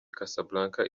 casablanca